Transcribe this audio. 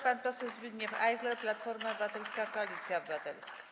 Pan poseł Zbigniew Ajchler, Platforma Obywatelska - Koalicja Obywatelska.